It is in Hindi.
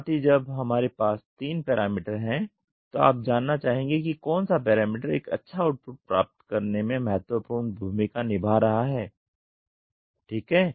साथ ही जब हमारे पास तीन पैरामीटर हैं तो आप जानना चाहेंगे कि कौन सा पैरामीटर एक अच्छा आउटपुट प्राप्त करने में महत्वपूर्ण भूमिका निभा रहा है ठीक है